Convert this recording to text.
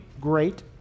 Great